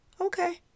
okay